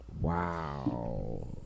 wow